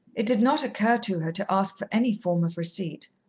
it did not occur to her to ask for any form of receipt.